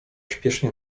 śpiesznie